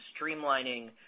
streamlining